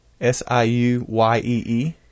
S-I-U-Y-E-E